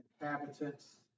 inhabitants